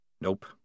Nope